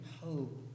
hope